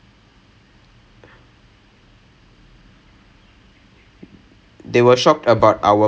ஒரு:oru professional level ஒரு:oru professional expectations from amateur people